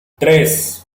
tres